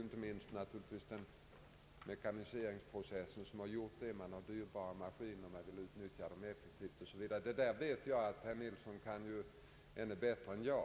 Inte minst mekaniseringsprocessen har bidragit därtill. Skogsägarna har dyrbara maskiner, som de vill utnyttja effektivt. Jag vet att herr Nilsson känner till dessa förhållanden bättre än jag.